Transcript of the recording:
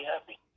happy